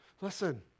Listen